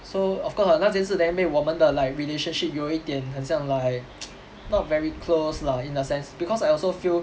so of course lah 那件事 then make 我们的 like relationship 有一点很像 like not very close lah in a sense because I also feel